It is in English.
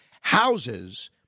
houses